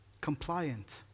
compliant